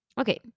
Okay